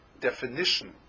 definition